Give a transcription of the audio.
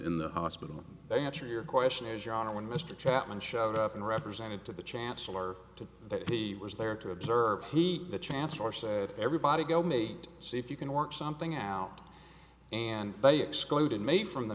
in the hospital they have to your question is your honor when mr chapman showed up and represented to the chancellor to that he was there to observe he a chance or say everybody go me see if you can work something out and they excluded maybe from the